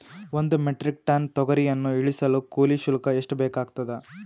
ಒಂದು metric tonne ತೊಗರಿಯನ್ನು ಇಳಿಸಲು ಕೂಲಿ ಶುಲ್ಕ ಎಷ್ಟು ಬೇಕಾಗತದಾ?